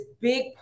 big